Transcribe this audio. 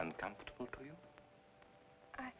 uncomfortable i